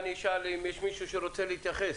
מישהו שרוצה להתייחס?